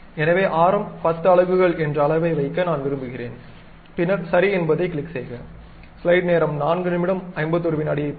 எனவே ஆரம் 10 அலகுகள் என்ற அளவை வைக்க நான் விரும்புகிறேன் பின்னர் சரி என்பதைக் கிளிக் செய்க